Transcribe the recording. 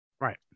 right